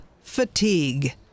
fatigue